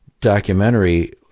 documentary